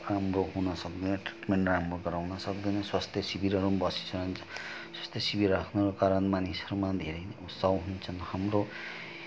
राम्रो हुन सक्दैन ट्रिटमेन्ट राम्रो गराउन सक्दैन स्वास्थ्य शिविरहरू पनि बसिसकेका छन् स्वास्थ्य शिविर राख्नुको कारण मानिसहरूमा धेरै नै उत्साव हाम्रो